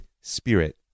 spirit